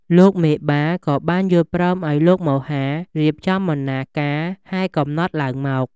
លោកមេបា ក៏បានយល់ព្រមឲ្យលោកមហារៀបចំបណ្ណាការហែកំណត់ ឡើងមក។